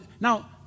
Now